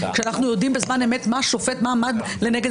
כשאנחנו יודעים בזמן אמת מה עמד לנגד